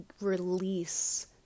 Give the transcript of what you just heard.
release